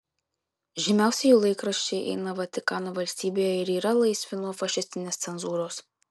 žymiausi jų laikraščiai eina vatikano valstybėje ir yra laisvi nuo fašistinės cenzūros